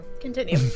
Continue